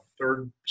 third